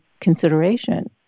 consideration